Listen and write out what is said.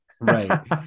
Right